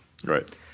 Right